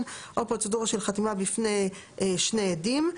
או פרוצדורה של חתימה בפני שני עדים.